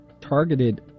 targeted